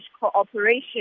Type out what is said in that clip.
cooperation